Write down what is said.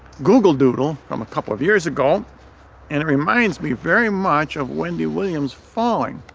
google doodle from a couple of years ago and it reminds me very much of wendy williams falling.